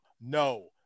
no